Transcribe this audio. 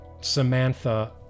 Samantha